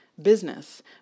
business